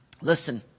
Listen